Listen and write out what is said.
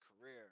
career